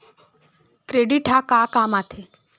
Credit ह का काम आथे?